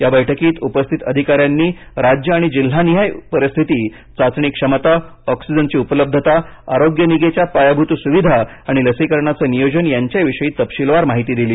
या बैठकीत उपस्थित अधिकाऱ्यांनी राज्य आणि जिल्हा निहाय परिस्थिती चाचणी क्षमता ऑक्सीजनची उपलब्धता आरोग्य निगेच्या पायाभूत सुविधा आणि लसीकरणाचं नियोजन यांच्याविषयी तपशिलवार माहिती दिली